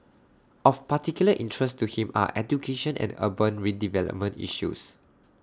of particular interest to him are education and urban redevelopment issues